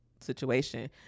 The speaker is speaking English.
situation